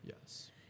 Yes